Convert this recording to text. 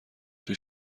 توی